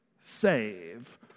save